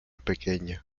pequeña